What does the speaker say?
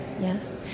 Yes